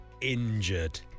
injured